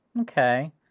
okay